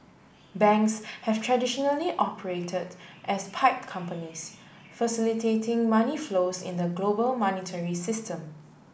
banks have traditionally operated as pipe companies facilitating money flows in the global monetary system